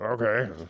Okay